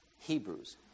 Hebrews